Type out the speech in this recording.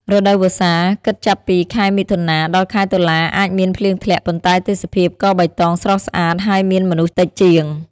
រដូវវស្សា គិតចាប់ពី ខែមិថុនា ដល់ខែ តុលា អាចមានភ្លៀងធ្លាក់ ប៉ុន្តែទេសភាពក៏បៃតងស្រស់ស្អាត ហើយមានមនុស្សតិចជាង។